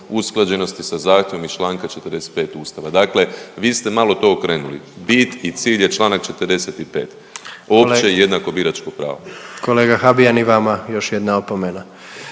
usklađenosti sa zahtjevom iz čl. 45. Ustava“, dakle vi ste malo to okrenuli. Bit i cilj je čl. 45., opće i jednako biračko pravo. **Jandroković, Gordan (HDZ)** Kolega Habijan i vama još jedna opomena.